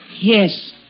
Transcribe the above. Yes